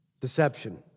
Deception